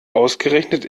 ausgerechnet